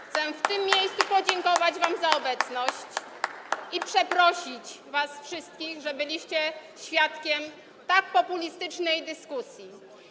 Chcę w tym miejscu podziękować wam za obecność i przeprosić was wszystkich, że byliście świadkami tak populistycznej dyskusji.